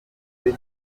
siko